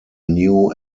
new